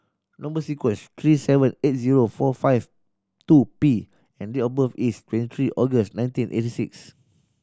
number sequence is T Three seven eight zero four five two P and date of birth is twenty three August nineteen eighty six